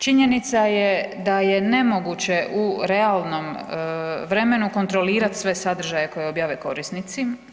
Činjenica je da je nemoguće u realnom vremenu kontrolirati sve sadržaje koje objave korisnici.